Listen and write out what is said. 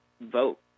vote